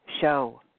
show